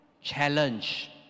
challenge